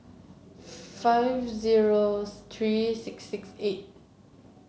five zero three six six eight